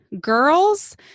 girls